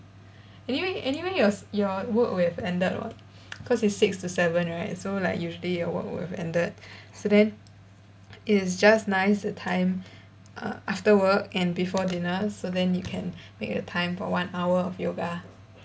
anyway anyway your your work would have ended [what] cause it's six to seven right so like usually your work would have ended so then it is just nice the time err after work and before dinner so then you can make a time for one hour of yoga